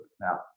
Now